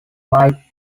might